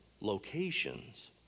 locations